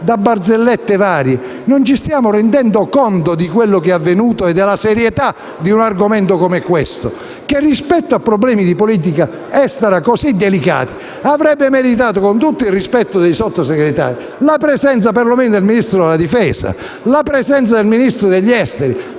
una barzelletta. Non ci stiamo rendendo conto di quello che è avvenuto e della serietà di un argomento come questo. Problemi di politica estera così delicati avrebbero meritato, con tutto il rispetto per i Sottosegretari, la presenza perlomeno del Ministro della difesa e del Ministro degli esteri.